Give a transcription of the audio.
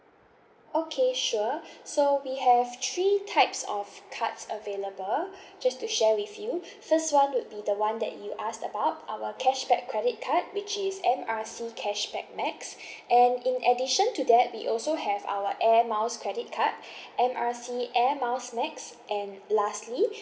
okay sure so we have three types of cards available just to share with you first one would be the one that you asked about our cashback credit card which is M R C cashback max and in addition to that we also have our air miles credit card M R C air miles max and lastly